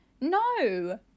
no